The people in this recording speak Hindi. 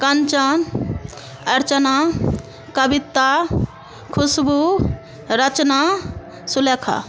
कंचन अर्चना कविता खुशबू रचना सुलेखा